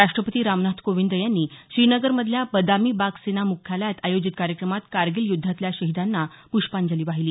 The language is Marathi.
राष्ट्रपती रामनाथ कोविंद यांनी श्रीनगरमधल्या बदामी बाग सेना मुख्यालयात आयोजित कार्यक्रमात कारगिल युद्धातल्या शहीदांना पृष्पाजंली वाहिली